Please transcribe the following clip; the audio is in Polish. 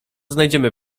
znajdziemy